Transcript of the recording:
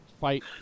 fight